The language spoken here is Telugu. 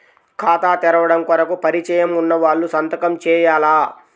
ఖాతా తెరవడం కొరకు పరిచయము వున్నవాళ్లు సంతకము చేయాలా?